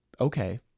Okay